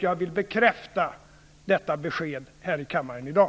Jag vill bekräfta detta besked här i kammaren i dag.